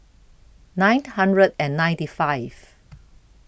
nine hundred and ninety five